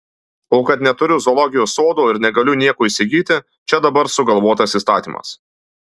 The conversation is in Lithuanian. o kad neturiu zoologijos sodo ir negaliu nieko įsigyti čia dabar sugalvotas įstatymas